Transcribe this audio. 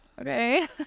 Okay